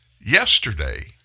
Yesterday